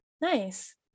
Nice